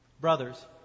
Brothers